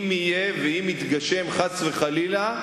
אם יהיה ואם יתגשם חס וחלילה,